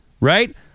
Right